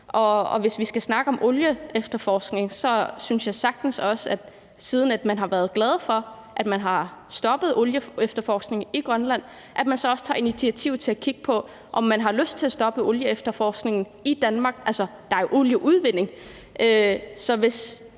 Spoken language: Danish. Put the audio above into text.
Hvis vi skal snakke om olieefterforskning, synes jeg, at siden man har været glad for, at man har stoppet olieefterforskning i Grønland, så kan man sagtens også tage initiativ til at kigge på, om man har lyst til at stoppe olieefterforskning i Danmark. Altså, der er jo olieudvinding. Så hvis